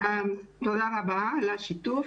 תודה רבה על השיתוף.